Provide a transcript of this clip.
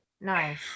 Nice